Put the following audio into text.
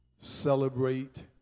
celebrate